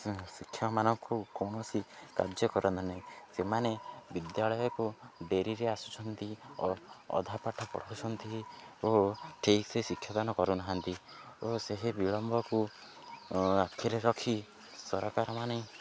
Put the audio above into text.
ଶିକ୍ଷକମାନଙ୍କୁ କୌଣସି କାର୍ଯ୍ୟ କରନ୍ତାନି ସେମାନେ ବିଦ୍ୟାଳୟକୁ ଡେରିରେ ଆସୁଛନ୍ତି ଓ ଅଧା ପାାଠ ପଢ଼ାଉଛନ୍ତି ଓ ଠିକ୍ସେ ଶିକ୍ଷାଦାନ କରୁନାହାନ୍ତି ଓ ସେହି ବିଳମ୍ବକୁ ଆଖିରେ ରଖି ସରକାରମାନେ